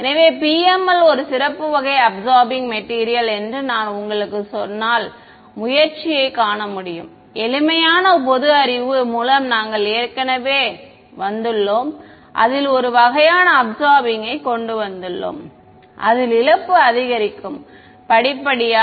எனவே PML ஒரு சிறப்பு வகை அபிசார்பிங் மேட்டீரியல் என்று நான் உங்களுக்குச் சொன்னால் முயற்சி யை காண முடியும் எளிமையான பொது அறிவு மூலம் நாங்கள் ஏற்கனவே வந்துள்ளோம் அதில் ஒரு வகையான அபிசார்பிங்யைக் கொண்டு வந்துள்ளோம் அதில் இழப்பு அதிகரிக்கும் படிப்படியாக